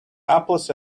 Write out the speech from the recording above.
apples